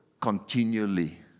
continually